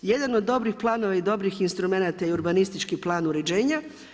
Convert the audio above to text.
Jedan od dobrih planova i dobrih instrumenata je i urbanistički plan uređenja.